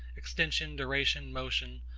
extension, duration, motion,